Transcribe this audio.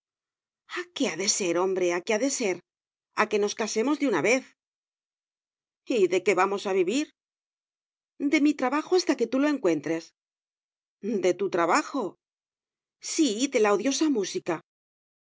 qué ha de ser hombre a qué ha de ser a que nos casemos de una vez y de qué vamos a vivir de mi trabajo hasta que tú lo encuentres de tu trabajo sí de la odiosa música